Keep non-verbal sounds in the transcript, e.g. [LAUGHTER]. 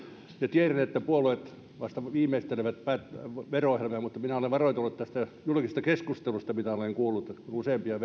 tiedän että puolueet vasta viimeistelevät vero ohjelmiaan mutta minä olen varoitellut tästä julkisesta keskustelusta mitä olen kuullut kun useampia [UNINTELLIGIBLE]